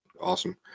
Awesome